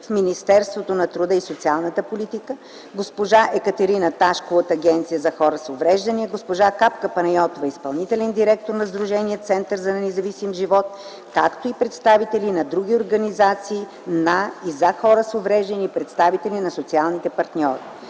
в Министерството на труда и социалната политика, госпожа Екатерина Ташкова от Агенцията за хората с увреждания, госпожа Капка Панайотова – изпълнителен директор на Сдружение „Център за независим живот”, както и представители на други организации на и за хора с увреждания и представители на социалните партньори.